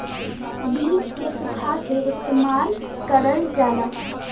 बीज के सुखा के इस्तेमाल करल जाला